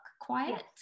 Quiet